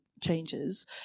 changes